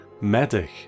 Medic